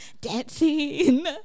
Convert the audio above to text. Dancing